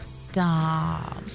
Stop